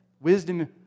wisdom